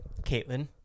Caitlin